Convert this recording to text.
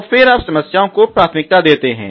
तो फिर आप समस्याओं को प्राथमिकता देते हैं